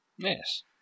Yes